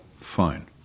fine